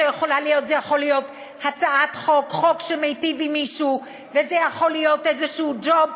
זה יכול להיות חוק שמיטיב עם מישהו וזה יכול להיות איזשהו ג'וב.